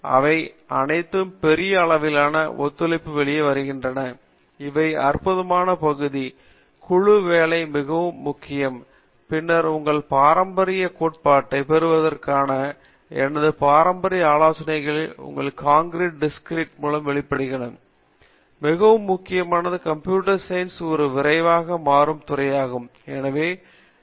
இவை அனைத்தும் பெரிய அளவிலான ஒத்துழைப்புடன் வெளியே வருகின்றன இவை அற்புதமான பகுதி குழு வேலை மிகவும் முக்கியம் பின்னர் உங்கள் பாரம்பரிய கோட்பாட்டைப் பெறுவதற்கான எனது பாரம்பரிய ஆலோசனைகள் உங்கள் கான்கிரீட் மற்றும் discrete கணிதம் மிகவும் தெளிவாக உள்ளது மிக முக்கியமானது கம்ப்யூட்டர் சயின்ஸ் ஒரு விரைவாக மாறும் துறையாக உள்ளது